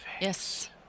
Yes